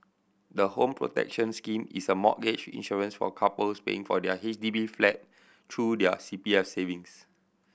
the Home Protection Scheme is a mortgage insurance for couples paying for their H D B flat through their C P F savings